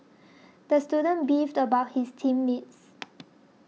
the student beefed about his team mates